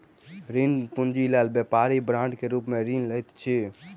ऋण पूंजी लेल व्यापारी बांड के रूप में ऋण लैत अछि